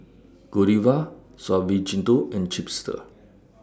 Godiva Suavecito and Chipster